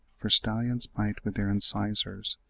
for stallions bite with their incisors,